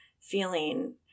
feeling